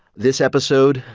this episode,